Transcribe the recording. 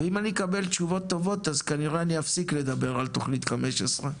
ואם אני אקבל תשובות טובות אז אני כנראה אספיק לדבר על תכנית 15,